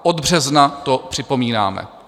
Od března to připomínáme.